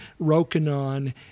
Rokinon